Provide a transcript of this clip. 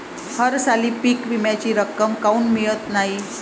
हरसाली पीक विम्याची रक्कम काऊन मियत नाई?